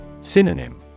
Synonym